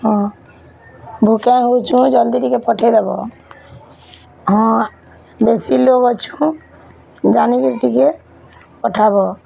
ହଁ ଭୁକେ ହେଉଛୁଁ ଜଲଦି ଟିକେ ପଠେଇଦେବ ହଁ ବେଶୀ ଲୋଗ୍ ଅଛୁଁ ଜାନିକିରି ଟିକେ ପଠାବ